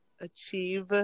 achieve